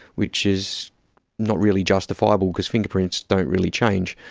which is not really justifiable because fingerprints don't really change.